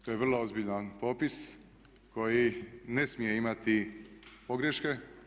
To je vrlo ozbiljan popis koji ne smije imati pogreške.